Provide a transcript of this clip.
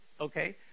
Okay